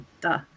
Duh